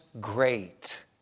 great